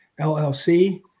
LLC